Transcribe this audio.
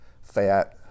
fat